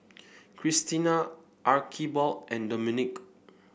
Krystina Archibald and Domenic